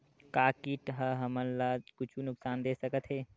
का कीट ह हमन ला कुछु नुकसान दे सकत हे?